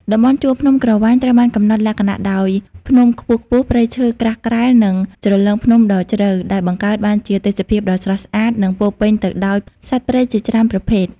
តំបន់ជួរភ្នំក្រវាញត្រូវបានកំណត់លក្ខណៈដោយ ភ្នំខ្ពស់ៗ ព្រៃឈើក្រាស់ក្រែល និងជ្រលងភ្នំដ៏ជ្រៅ ដែលបង្កើតបានជាទេសភាពដ៏ស្រស់ស្អាត និងពោរពេញទៅដោយសត្វព្រៃជាច្រើនប្រភេទ។